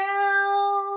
Down